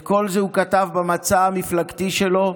את כל זה הוא כתב במצע המפלגתי שלו,